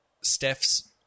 Steph's